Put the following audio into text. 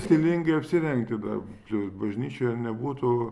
stilingai apsirengti dar plius bažnyčioje nebūtų